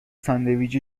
ساندویچ